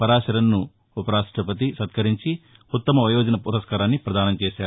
పరాశరన్ ను ఉప రాష్టపతి సత్కరించి ఉత్తమ వయోజన పురస్కారాన్ని పదానం చేశారు